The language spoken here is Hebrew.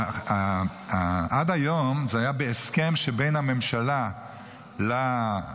עד היום זה היה בהסכם שבין הממשלה לביטוח